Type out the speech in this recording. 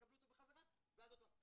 תקבלו אותה בחזרה ואז עוד פעם.